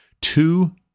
two